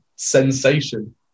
sensation